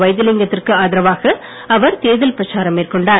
வைத்திலிங்கத்திற்கு ஆதரவாக அவர் தேர்தல் பிரச்சாரம் மேற்கொண்டார்